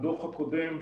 בדוח הקודם,